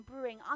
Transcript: brewing